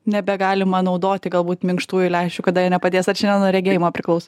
nebegalima naudoti galbūt minkštųjų lęšių kada jie nepadės ar čia ne nuo regėjimo priklaus